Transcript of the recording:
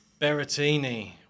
Berrettini